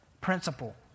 principle